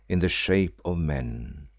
in the shapes of men!